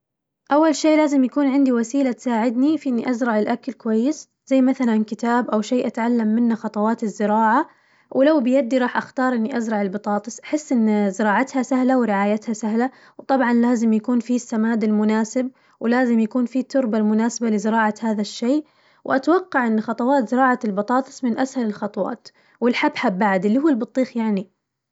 أول شي لازم يكون عندي وسيلة تساعدني في إني أزرع الأكل كويس، زي مثلاً كتاب أو شي أتعلم منه خطوات الزراعة، ولو بيدي راح أختار إني أزرع البطاطس أحس إن زراعتها سهلة ورعايتها سهلة، وطبعاً لازم يكون في السماد المناسب ولازم يكون في التربة المناسبة لزراعة هذا الشي، وأتوقع إن خطوات زراعة البطاطس من أسهل الخطوات والحبحب بعد اللي هو البطيخ يعني.